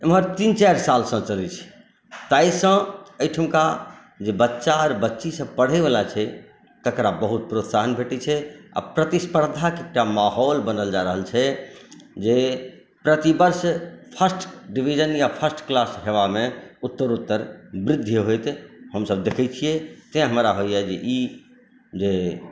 एमहर तीन चारि साल से चलैत छै ताहिसँ एहिठुनका जे बच्चा आओर बच्ची सब पढ़ै बला छै तेकरा बहुत प्रोत्साहन भेटैत छै आ प्रतिस्पर्धाके एकटा माहौल बनल जा रहल छै जे प्रतिवर्ष फ़र्स्ट डिवीजन या फ़र्स्ट क्लास होयबामे उत्तोरोत्तर वृद्धि होयत हमसब देखैत छियै तैँ हमरा होइया जे ई जे